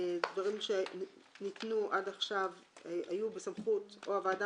דברים שהיו עד עכשיו או בסמכות הוועדה